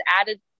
added